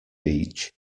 beach